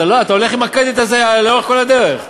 אתה הולך עם הקרדיט הזה לאורך כל הדרך.